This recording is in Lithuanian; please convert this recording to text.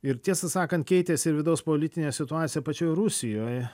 ir tiesą sakant keitėsi ir vidaus politinė situacija pačioje rusijoje